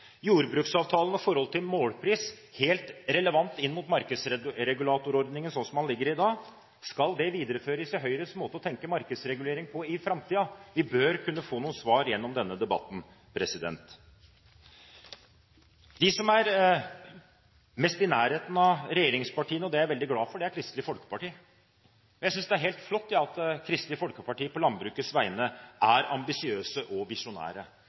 Jordbruksavtalen og forholdet til målpris er helt relevant inn mot markedsregulatorordningen slik som den ligger i dag. Skal det videreføres i Høyres måte å tenke markedsregulering på i framtiden? Vi bør kunne få noen svar gjennom denne debatten. De som er mest i nærheten av regjeringspartiene – og det er jeg veldig glad for – er Kristelig Folkeparti. Jeg synes det er helt flott at Kristelig Folkeparti på landbrukets vegne er ambisiøs og